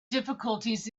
difficulties